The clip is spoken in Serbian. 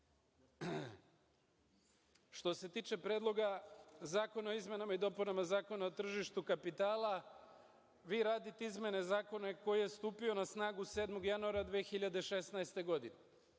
se tiče Predloga zakona o izmenama i dopunama Zakona o tržištu kapitala, vi radite izmene zakona koji je stupio na snagu 7. januara 2016. godine.